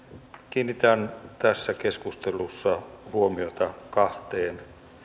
kuuntelemme mielipiteitä kiinnitän tässä keskustelussa huomiota kahteen